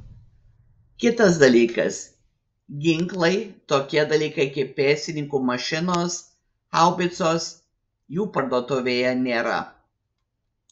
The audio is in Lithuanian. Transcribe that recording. kitas dalykas ginklai tokie dalykai kaip pėstininkų mašinos haubicos jų parduotuvėje nėra